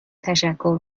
تشکر